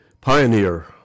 pioneer